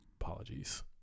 apologies